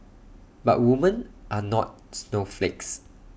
but women are not snowflakes